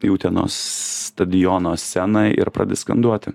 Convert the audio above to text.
į utenos stadiono sceną ir pradedi skanduoti